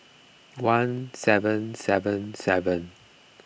one seven seven seven